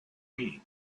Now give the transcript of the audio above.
wii